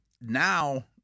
now